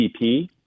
GDP